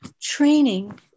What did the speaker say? training